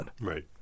Right